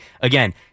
again